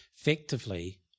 Effectively